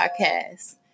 podcast